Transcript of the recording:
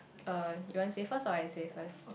uh you want say first or I say first